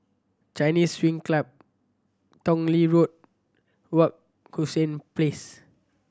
Chinese Swimming Club Tong Lee Road Wak Hassan Place